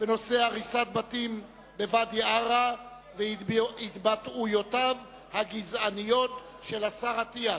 בנושא הריסת בתים בוואדי-עארה וההתבטאויות הגזעניות של השר אטיאס.